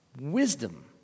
Wisdom